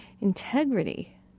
integrity